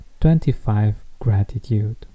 25Gratitude